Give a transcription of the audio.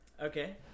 Okay